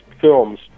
films